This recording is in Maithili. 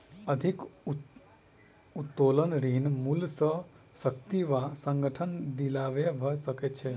अधिक उत्तोलन ऋण मूल्य सॅ व्यक्ति वा संगठन दिवालिया भ सकै छै